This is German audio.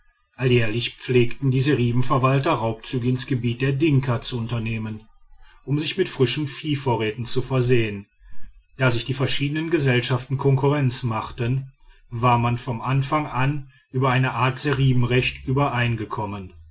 alljährlich pflegten die seribenverwalter raubzüge ins gebiet der dinka zu unternehmen um sich mit frischen viehvorräten zu versehen da sich die verschiedenen gesellschaften konkurrenz machten war man von anfang an über eine art seribenrecht übereingekommen